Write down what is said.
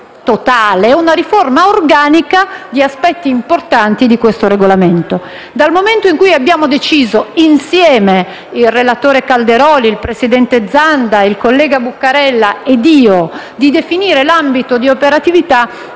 una riforma organica di aspetti importanti di questo Regolamento. Dal momento in cui abbiamo deciso insieme - il relatore Calderoli, il presidente Zanda, il senatore Buccarella ed io - di definire l'ambito di operatività,